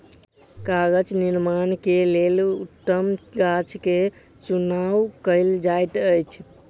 कागज़ निर्माण के लेल उत्तम गाछ के चुनाव कयल जाइत अछि